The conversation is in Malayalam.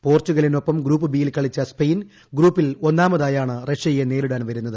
പോർച്ച്ഗലിനൊപ്പം ഗ്രൂപ്പ് ബിയിൽ കളിച്ച സ്പെയിൻ ഗ്രൂപ്പിൽ ഒന്നാമതായാണ് റഷ്യയെ നേരിടാൻ വരുന്നത്